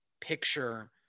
picture